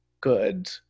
good